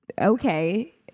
okay